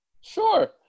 Sure